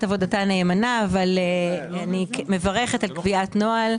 עבודתה נאמנה אבל אני מברכת על קביעת נוהל,